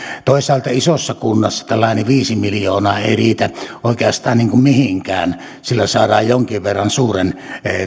toisaalta isossa kunnassa tällainen viisi miljoonaa ei riitä oikeastaan mihinkään sillä saadaan jonkin verran suuren